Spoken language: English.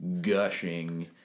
gushing